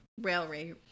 railway